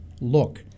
look